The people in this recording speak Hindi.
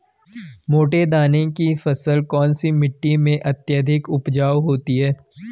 मोटे दाने की फसल कौन सी मिट्टी में अत्यधिक उपजाऊ होती है?